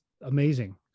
amazing